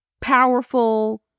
powerful